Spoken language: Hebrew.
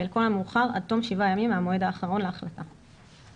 ולכל המאוחר עד תום שבעה ימים מהמועד האחרון להחלטת הוועדה.